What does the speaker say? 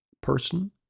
person